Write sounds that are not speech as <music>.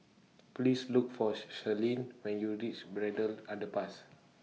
Please Look For She Selene when YOU REACH <noise> Braddell Underpass